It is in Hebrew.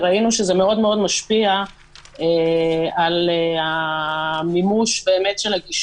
וראינו שזה מאוד מאוד משפיע על המימוש של הגישור,